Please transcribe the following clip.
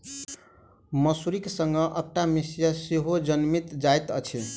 मसुरीक संग अकटा मिसिया सेहो जनमि जाइत अछि